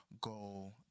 goal